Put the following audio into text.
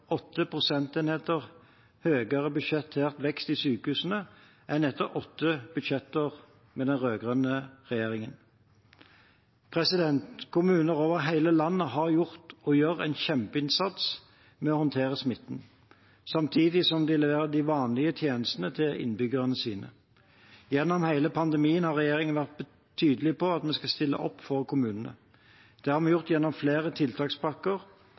prosentenheter større budsjettert vekst i sykehusene enn etter åtte budsjetter med den rød-grønne regjeringen. Kommuner over hele landet har gjort – og gjør – en kjempeinnsats med å håndtere smitten, samtidig som de leverer de vanlige tjenestene til innbyggerne sine. Gjennom hele pandemien har regjeringen vært tydelig på at vi skal stille opp for kommunene. Det har vi gjort gjennom flere tiltakspakker,